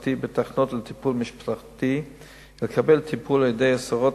משפחתי בתחנות לטיפול משפחתי ולקבל טיפול על-ידי עשרות